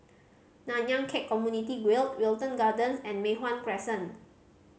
Nanyang Khek Community Guild Wilton Gardens and Mei Hwan Crescent